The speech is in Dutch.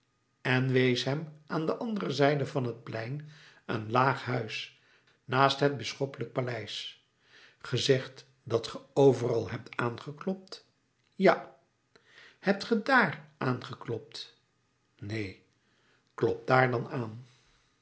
en wees hem aan de andere zijde van het plein een laag huis naast het bisschoppelijk paleis gij zegt dat ge overal hebt aangeklopt ja hebt ge dààr aangeklopt neen klop daar dan aan